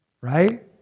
Right